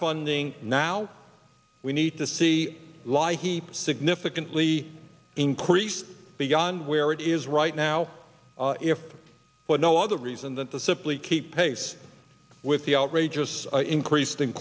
funding now we need to see like he significantly increase beyond where it is right now if for no other reason than to simply keep pace with the outrageous increased in